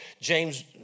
James